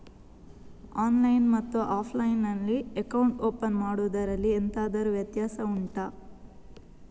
online ಮತ್ತು offline ನಲ್ಲಿ account open ಮಾಡುವುದರಲ್ಲಿ ಎಂತಾದರು ವ್ಯತ್ಯಾಸ ಉಂಟಾ